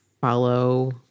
follow